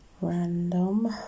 Random